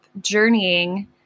journeying